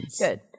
good